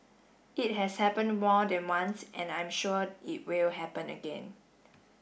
it has happened more than once and I'm sure it will happen again